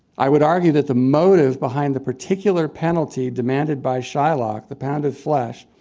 i would argue that the motive behind the particular penalty demanded by shylock, the pound of flesh,